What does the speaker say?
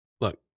Look